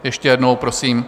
Ještě jednou prosím.